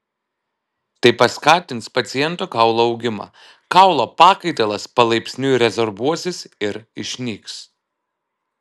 tai paskatins paciento kaulo augimą kaulo pakaitalas palaipsniui rezorbuosis ir išnyks